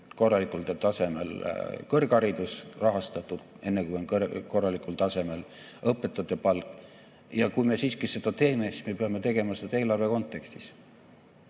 korralikul tasemel kõrgharidus rahastatud, enne, kui on korralikul tasemel õpetajate palk. Ja kui me siiski seda teeme, siis me peame tegema seda eelarve kontekstis.